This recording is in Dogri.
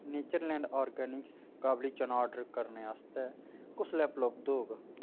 नेचरलैंड ऑर्गेनिक्स काबली चना आर्डर करने आस्तै कुसलै उपलब्ध होग